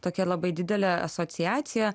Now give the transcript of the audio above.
tokia labai didelė asociacija